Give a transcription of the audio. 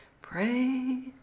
pray